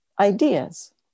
ideas